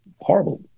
horrible